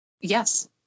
Yes